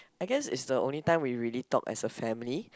I guess it's the only time we really talk as a family